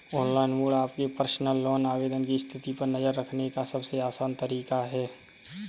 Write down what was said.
online mode आपके personal loan आवेदन की स्थिति पर नज़र रखने का सबसे आसान तरीका है